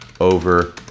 over